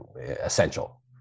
essential